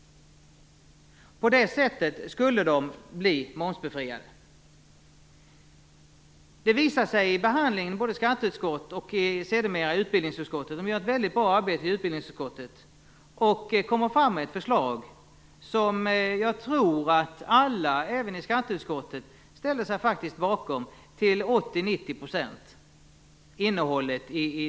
På det sättet skulle de bli momsbefriade. Frågan behandlades i skatteutskottet och sedermera i utbildningsutskottet. Det gjordes ett väldigt bra arbete i utbildningsutskottet. Man kom fram med ett förslag vars innehåll jag tror att även alla i skatteutskottet ställde sig bakom till 80-90 %.